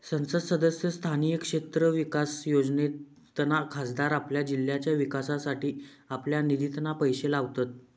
संसद सदस्य स्थानीय क्षेत्र विकास योजनेतना खासदार आपल्या जिल्ह्याच्या विकासासाठी आपल्या निधितना पैशे लावतत